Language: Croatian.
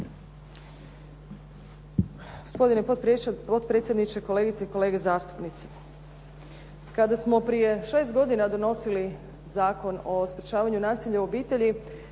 Gospodine potpredsjedniče, kolegice i kolege zastupnici. Kada smo prije 6 godina donosili Zakon o sprječavanju nasilja u obitelji,